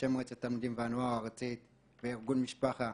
בשם מועצת התלמידים והנוער הארצית וארגון משפחה,